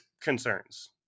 concerns